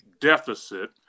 deficit